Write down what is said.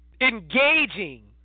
Engaging